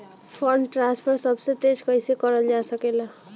Fund transfer सबसे तेज कइसे करल जा सकेला?